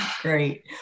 Great